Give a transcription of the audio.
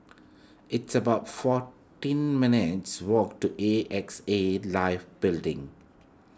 it's about fourteen minutes' walk to A X A Life Building